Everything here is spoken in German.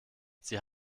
sie